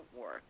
work